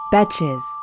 Betches